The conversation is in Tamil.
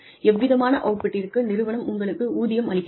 எவ்விதமான அவுட்புட்டிற்கு நிறுவனம் உங்களுக்கு ஊதியம் அளிக்கிறது